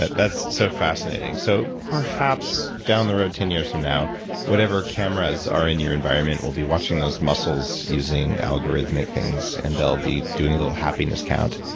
that's so fascinating. so perhaps down the road, ten years from now whatever cameras are in your environment will be watching those muscles using algorithmic things, and they'll be doing a little happiness count.